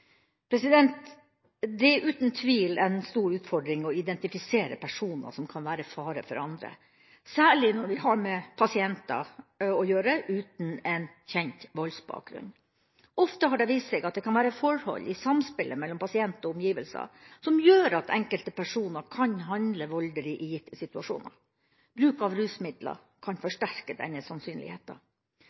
Det er uten tvil en stor utfordring å identifisere personer som kan være til fare for andre, særlig når vi har å gjøre med pasienter uten en kjent voldsbakgrunn. Ofte har det vist seg at det kan være forhold i samspillet mellom pasient og omgivelser som gjør at enkelte personer kan handle voldelig i gitte situasjoner. Bruk av rusmidler kan forsterke